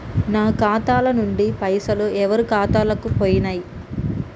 నా ఖాతా ల నుంచి పైసలు ఎవరు ఖాతాలకు పోయినయ్?